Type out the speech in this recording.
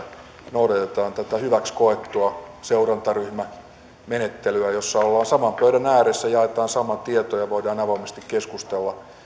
noudatetaan tätä hyväksi koettua seurantaryhmämenettelyä jossa ollaan saman pöydän ääressä jaetaan sama tieto ja voidaan avoimesti keskustella